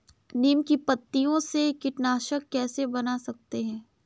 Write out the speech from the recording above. नीम की पत्तियों से कीटनाशक कैसे बना सकते हैं?